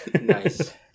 Nice